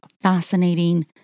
Fascinating